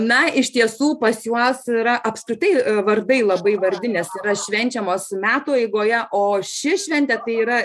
na iš tiesų pas juos yra apskritai vardai labai vardinės švenčiamos metų eigoje o ši šventė tai yra